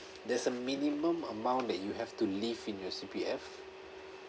there's a minimum amount that you have to leave in your C_P_F